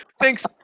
Thanks